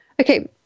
Okay